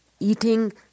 eating